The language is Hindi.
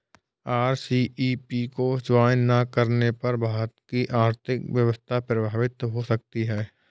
आर.सी.ई.पी को ज्वाइन ना करने पर भारत की आर्थिक व्यवस्था प्रभावित हो सकती है